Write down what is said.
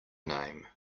name